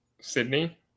Sydney